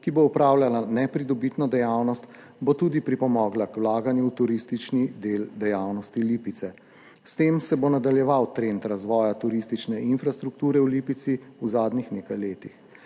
ki bo opravljala nepridobitno dejavnost, bo pripomogla tudi k vlaganju v turistični del dejavnosti Lipice. S tem se bo nadaljeval trend razvoja turistične infrastrukture v Lipici v zadnjih nekaj letih.